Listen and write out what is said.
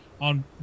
on